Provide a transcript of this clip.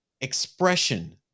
expression